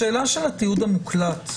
השאלה של התיעוד המוקלט,